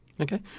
Okay